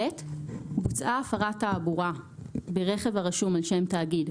בוצעה הפרת תעבורה ברכב הרשום על שם תאגיד,